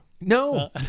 No